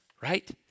right